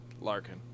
Larkin